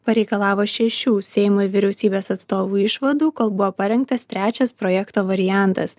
pareikalavo šešių seimo vyriausybės atstovų išvadų kol buvo parengtas trečias projekto variantas